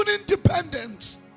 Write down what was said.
independence